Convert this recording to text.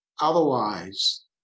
Otherwise